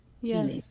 Yes